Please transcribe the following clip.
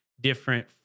different